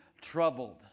troubled